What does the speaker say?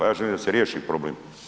Ja želim da se riješi problem.